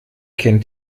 kennt